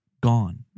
gone